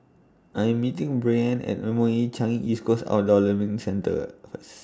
I Am meeting Brianne At M O E Changi East Coast Outdoor Learning Centre First